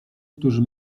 którzy